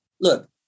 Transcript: Look